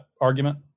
argument